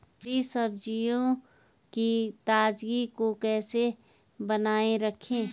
हरी सब्जियों की ताजगी को कैसे बनाये रखें?